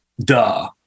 duh